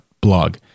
blog